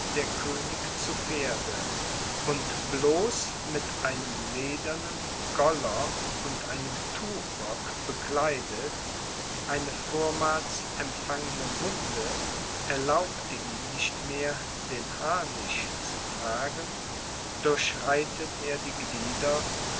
der könig zu pferde und bloß mit einem ledernen goller und einem tuchrock bekleidet eine vormals empfangene wunde erlaubte ihm nicht mehr den harnisch zu tragen durchreitet er die glieder